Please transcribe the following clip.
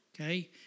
okay